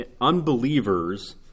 unbelievers